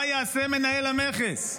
מה יעשה מנהל המכס,